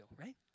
right